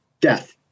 Death